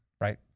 right